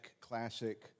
classic